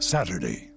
Saturday